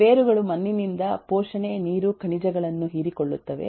ಬೇರುಗಳು ಮಣ್ಣಿನಿಂದ ಪೋಷಣೆ ನೀರು ಖನಿಜಗಳನ್ನು ಹೀರಿಕೊಳ್ಳುತ್ತವೆ